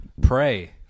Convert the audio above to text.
pray